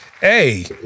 Hey